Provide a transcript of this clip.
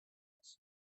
mars